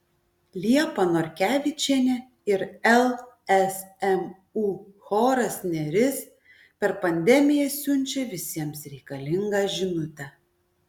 liepa norkevičienė ir lsmu choras neris per pandemiją siunčia visiems reikalingą žinutę